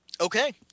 Okay